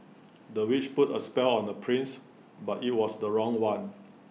the witch put A spell on the prince but IT was the wrong one